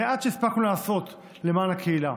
המעט שהספקנו לעשות למען הקהילה: